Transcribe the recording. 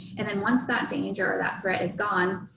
and then once that danger or that threat is gone,